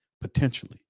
potentially